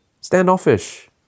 standoffish